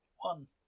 One